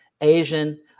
Asian